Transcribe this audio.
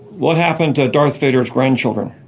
what happened to darth vader's grandchildren?